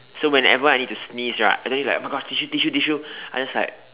so whenever I need to sneeze right I don't need to like oh my God tissue tissue tissue I just like